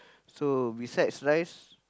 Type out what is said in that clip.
so besides rice